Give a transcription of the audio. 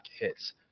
hits